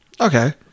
Okay